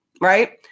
right